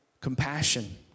compassion